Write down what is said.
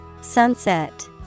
sunset